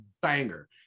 banger